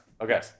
Okay